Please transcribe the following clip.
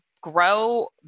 grow